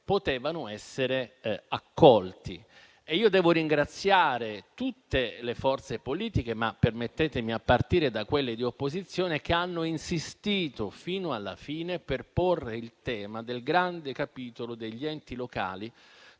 potevano essere accolti. Devo ringraziare tutte le forze politiche, permettetemi di partire da quelle di opposizione, che hanno insistito fino alla fine per porre il tema del grande capitolo degli enti locali